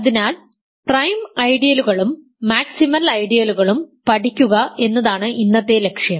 അതിനാൽ പ്രൈം ഐഡിയലുകളും മാക്സിമൽ ഐഡിയലുകളും പഠിക്കുക എന്നതാണ് ഇന്നത്തെ ലക്ഷ്യം